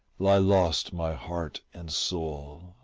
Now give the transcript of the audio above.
lie lost my heart and soul.